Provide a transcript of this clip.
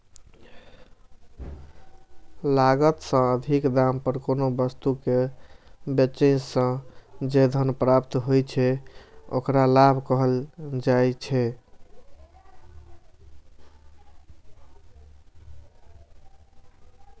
लागत सं अधिक दाम पर कोनो वस्तु कें बेचय सं जे धन प्राप्त होइ छै, ओकरा लाभ कहल जाइ छै